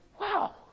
wow